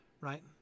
right